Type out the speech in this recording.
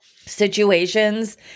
situations